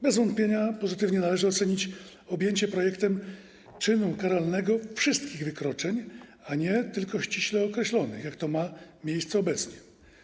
Bez wątpienia pozytywnie należy ocenić objęcie pojęciem czynu karalnego wszystkich wykroczeń, a nie tylko ściśle określonych, jak to ma miejsce obecnie.